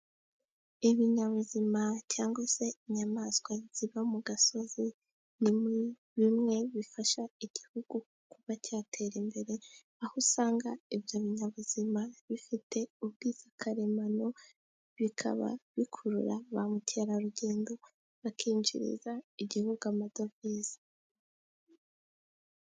Ibinyabuzima cyangwa se inyamaswa ziba mu gasozi, ni bimwe bifasha igihugu kuba cyatera imbere, aho usanga ibyo binyabuzima bifite ubwiza karemano, bikaba bikurura ba mukerarugendo bakinjiriza igihugu amadovize.